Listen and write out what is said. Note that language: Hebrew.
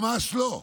ממש לא,